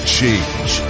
change